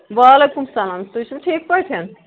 وعلیکُم سلام تُہۍ چھُو ٹھیٖک پٲٹھۍ